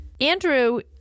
andrew